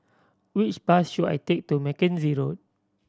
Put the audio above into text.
which bus should I take to Mackenzie Road